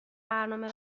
برنامه